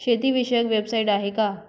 शेतीविषयक वेबसाइट आहे का?